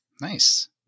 Nice